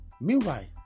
Meanwhile